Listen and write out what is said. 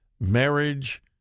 marriage